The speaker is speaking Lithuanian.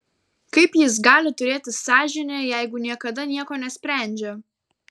kaip jis gali turėti sąžinę jeigu niekada nieko nesprendžia